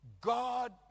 God